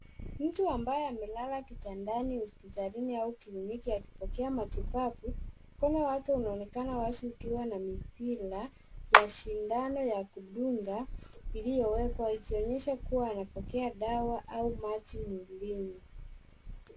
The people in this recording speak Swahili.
Mtu ambaye amelala kitandani hospitali au kliniki akipokea matibabu mkono wake unaonekana wazi ukiwa na mipira vya sidano ya kidunga iliowekwa ikionyesha kuwa anapokea dawa au maji mwilini.